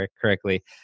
correctly